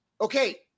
Okay